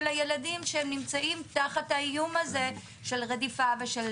של הילדים שהם נמצאים תחת האיום הזה של רדיפה ושל